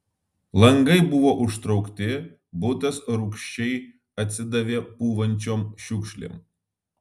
langai buvo užtraukti butas rūgščiai atsidavė pūvančiom šiukšlėm